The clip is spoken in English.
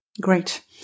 Great